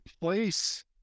place